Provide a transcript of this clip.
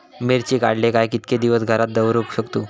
मिर्ची काडले काय कीतके दिवस घरात दवरुक शकतू?